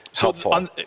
helpful